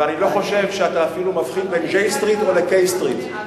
ואני לא חושב שאתה אפילו מבחין בין J Streetל-K Street.